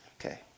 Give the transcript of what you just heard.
Okay